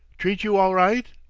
treat you all right?